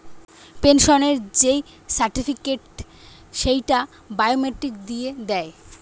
পেনসনের যেই সার্টিফিকেট, সেইটা বায়োমেট্রিক দিয়ে দেয়